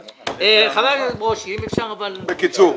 חבר הכנסת, אבל אם אפשר בלי